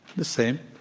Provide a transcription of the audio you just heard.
the same.